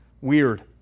Weird